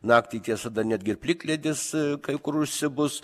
naktį tiesa netgi ir plikledis kai kur užsibus